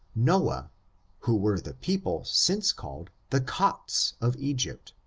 noah who were the people since called the copts of egypt.